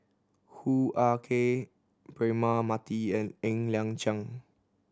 Hoo Ah Kay Braema Mathi and Ng Liang Chiang